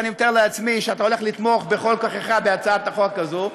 ואני מתאר לעצמי שאתה הולך לתמוך בכל כוחך בהצעת החוק הזאת,